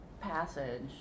passage